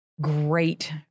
great